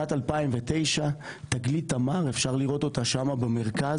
שנת 2009, תגלית תמר, אפשר לראות אותה שם במרכז.